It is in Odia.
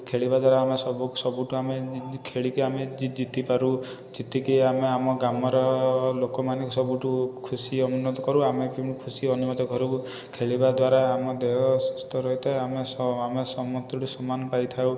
ଖେଳିବା ଦ୍ୱାରା ଆମେ ସବୁ ସବୁଠୁ ଆମେ ଖେଳିକି ଆମେ ଜିତିପାରୁ ଜିତିକି ଆମେ ଆମ ଗ୍ରାମର ଲୋକମାନେ ସବୁଠୁ ଖୁସି ଅନୁରୋଧ କରୁ ଆମେ କେମିତି ଖୁସି ଅନୁମୋଦ କରିବୁ ଖେଳିବା ଦ୍ୱାରା ଆମ ଦେହ ସୁସ୍ଥ ରହିଥାଏ ଆମ ଆମେ ସମସ୍ତେ ଗୋଟେ ସମ୍ମାନ ପାଇଥାଉ